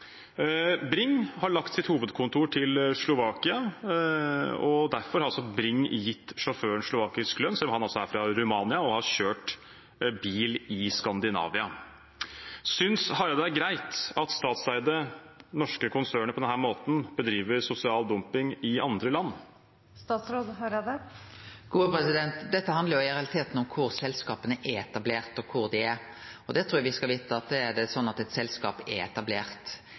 Bring har lagt sitt hovedkontor til Slovakia, derfor har Bring gitt sjåføren slovakisk lønn, selv om han altså er fra Romania og har kjørt bil i Skandinavia. Synes statsråd Hareide det er greit at statseide norske konsern på denne måten driver sosial dumping i andre land? Dette handlar i realiteten om kvar selskapa er etablerte, og kvar dei er. Eg trur me skal vite at er eit selskap etablert i eit land, må dei òg halde seg til den typen løns- og arbeidsvilkår som er